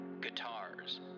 Guitars